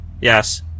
Yes